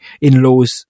in-laws